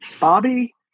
Bobby